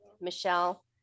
Michelle